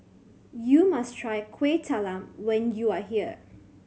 you must try Kuih Talam when you are here